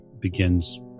begins